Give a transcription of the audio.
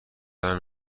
دارم